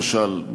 למשל,